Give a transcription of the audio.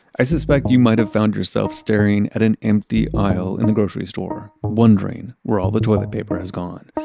i suspect you might have found yourself staring at an empty aisle in the grocery store, wondering where all the toilet paper has gone.